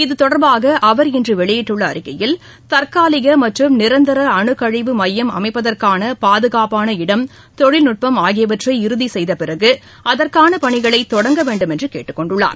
இத்தொடர்பாக அவர் இன்று வெளியிட்டுள்ள அறிக்கையில் தற்காலிக மற்றும் நிரந்தர அணுக்கழிவு மையம் அமைப்பதற்காள பாதகாப்பான இடம் தொழில்நுட்பம் ஆகியவற்றை இறுதி செய்த பிறகு அதற்கான பணிகளை தொடங்க வேண்டும் என்று கேட்டுக்கொண்டுள்ளார்